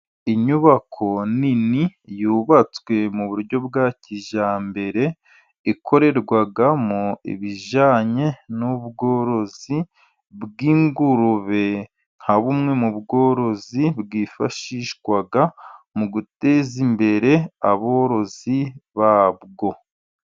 Inyubako nini yubatswe mu buryo bwa kijyambere, ikorerwamo ibijyanye n'ubworozi bw'ingurube, nka bumwe mu bworozi bwifashishwa mu guteza imbere aborozi babwo.